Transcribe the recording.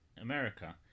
america